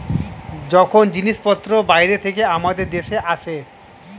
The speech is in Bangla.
যখন জিনিসপত্র বাইরে থেকে আমাদের দেশে আসে